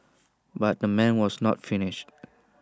but the man was not finished